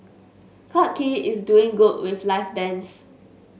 Clarke Quay is doing good with live bands